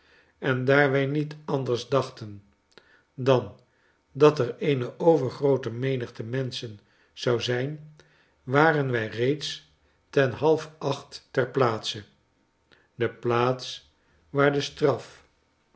en daar wij niet anders dachten dan dat er eene overgroote menigte menschen zou zijn waren wij reeds ten halfacht ter plaatse de plaats waar de straf